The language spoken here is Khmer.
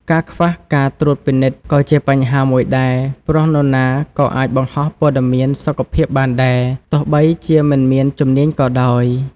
ការខ្វះការត្រួតពិនិត្យក៏ជាបញ្ហាមួយដែរ ព្រោះនរណាក៏អាចបង្ហោះព័ត៌មានសុខភាពបានដែរ ទោះបីជាមិនមានជំនាញក៏ដោយ។